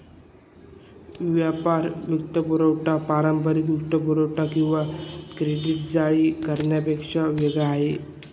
व्यापार वित्तपुरवठा पारंपारिक वित्तपुरवठा किंवा क्रेडिट जारी करण्यापेक्षा वेगळा आहे